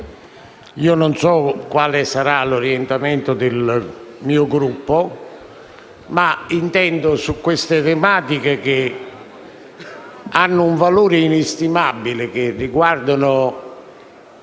non so quale sarà l'orientamento del mio Gruppo, ma su queste tematiche che hanno un valore inestimabile e che riguardano